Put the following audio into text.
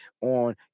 on